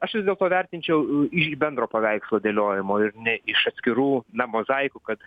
aš vis dėlto vertinčiau iš bendro paveikslo dėliojimo ir ne iš atskirų na mozaikų kad